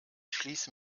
schließe